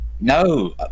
No